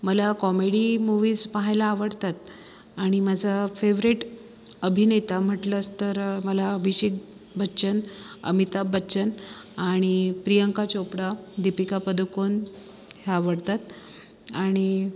मला comedy movies पाहायला आवडतात आणि माझा फेवरेट अभिनेता म्हटलंच तर मला अभिषेक बच्चन अमिताभ बच्चन आणि प्रियंका चोपडा दीपिका पदूकोण हे आवडतात आणि